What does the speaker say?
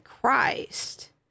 Christ